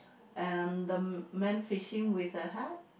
and the man fishing with the hat